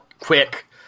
quick